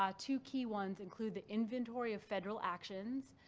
ah two key ones include the inventory of federal actions.